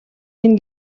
энэ